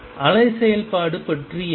அலை செயல்பாடு பற்றி என்ன